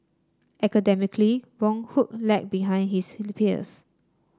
academically Boon Hock lagged behind his peers